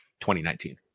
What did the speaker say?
2019